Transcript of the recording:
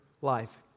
life